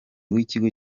w’ikigo